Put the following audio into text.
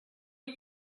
are